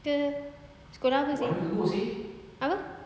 ke sekolah apa seh apa